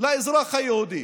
לאזרח היהודי.